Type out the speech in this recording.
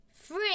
three